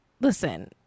Listen